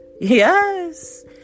Yes